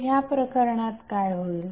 तर ह्या प्रकारणात काय होईल